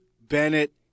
Bennett